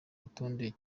rutonde